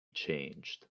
changed